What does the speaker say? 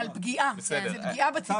זה על פגיעה, פגיעה בציבור.